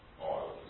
oil